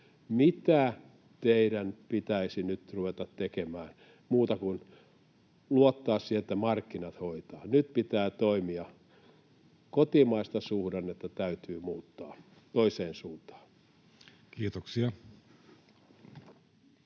mitä teidän pitäisi nyt ruveta tekemään muuta kuin luottaa siihen, että markkinat hoitavat? Nyt pitää toimia, kotimaista suhdannetta täytyy muuttaa toiseen suuntaan. Kiitoksia.